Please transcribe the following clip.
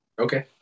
Okay